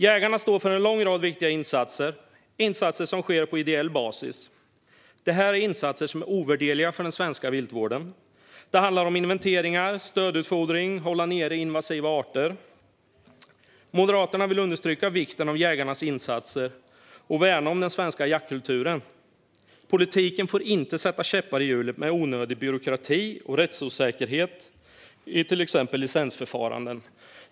Jägarna står för en lång rad viktiga insatser som sker på ideell basis - insatser som är ovärderliga för den svenska viltvården. Det handlar om inventeringar, stödutfodring och att hålla nere invasiva arter. Moderaterna vill understryka vikten av jägarnas insatser och värna om den svenska jaktkulturen. Politiken får inte sätta käppar i hjulet genom onödig byråkrati och rättsosäkerhet i till exempel licensförfaranden.